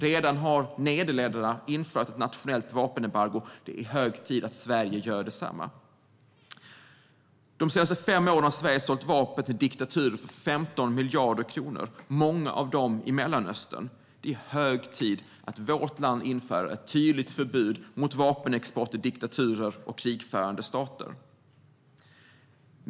Nederländerna har redan infört ett nationellt vapenembargo. Det är hög tid att Sverige gör detsamma. De senaste fem åren har Sverige sålt vapen till diktaturer för 15 miljarder kronor, många av dem i Mellanöstern. Det är hög tid att vårt land inför ett tydligt förbud mot vapenexport till diktaturer och krigförande stater.